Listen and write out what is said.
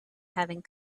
having